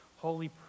holy